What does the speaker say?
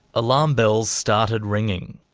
alarm bells started ringing.